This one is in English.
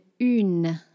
une